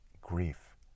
grief